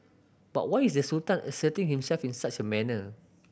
but why is the Sultan asserting himself in such a manner